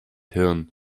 hirn